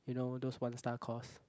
you know those one star course